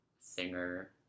singer